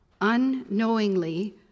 unknowingly